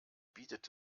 bietet